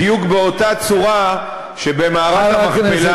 בדיוק באותה צורה שבמערת המכפלה,